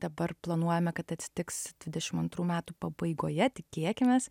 dabar planuojame kad atsitiks dvidešim antrų metų pabaigoje tikėkimės